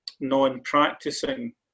non-practicing